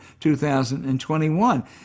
2021